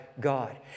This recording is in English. God